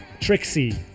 Trixie